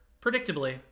predictably